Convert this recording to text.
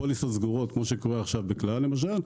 פוליסות סגורות כמו שקורה עכשיו למשל ב"כלל",